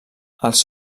els